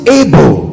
able